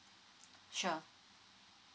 sure